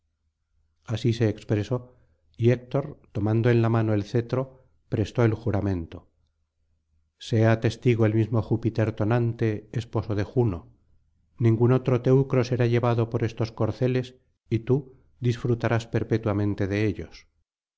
así se expresó y héctor tomando en la mano el cetro prestó el juramento sea testigo el mismo júpiter tonante esposo de juno ningún otro teucro será llevado por estos corceles y tú disfrutarás perpetuamente de ellos